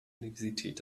universität